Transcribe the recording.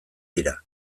dira